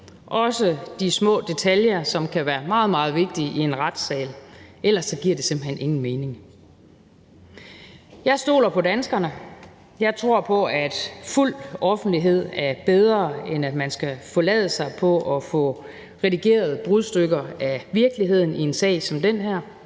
også de små detaljer, som kan være meget, meget vigtige i en retssal, for ellers giver det simpelt hen ingen mening. Kl. 13:15 Jeg stoler på danskerne. Jeg tror på, at fuld offentlighed er bedre, end at man skal forlade sig på at få redigerede brudstykker af virkeligheden i en sag som den her.